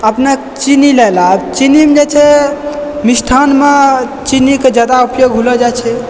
अपना चीनी लै लऽ चीनी जे छै मिष्ठानमे चीनीके जादा उपयोग होइ छै